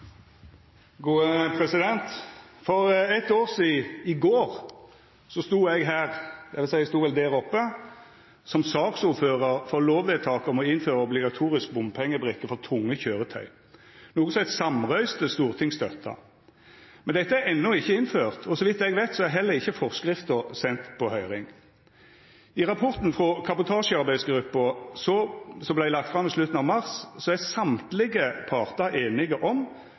går stod eg der oppe som saksordførar for eit lovvedtak om å innføra obligatorisk bompengebrikke for tunge køyretøy, noko eit samrøystes storting støtta. Dette er enno ikkje innført, og så vidt eg veit, er heller ikkje forskrifta sendt på høyring. I rapporten frå kabotasjearbeidsgruppa som vart lagt fram i slutten av mars, er alle partar einige om